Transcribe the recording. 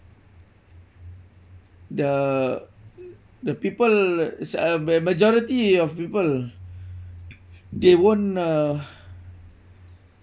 the the people is uh majority of people they won't uh